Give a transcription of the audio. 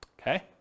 okay